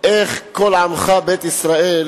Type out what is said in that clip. איך כל עמך בית ישראל